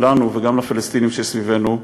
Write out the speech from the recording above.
לנו וגם לפלסטינים שסביבנו,